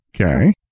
Okay